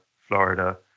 Florida